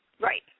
Right